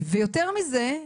ויותר מזה,